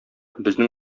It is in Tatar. безнең